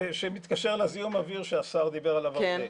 שמתקשר לזיהום האוויר שהשר דיבר עליו הרבה.